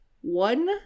one